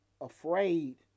afraid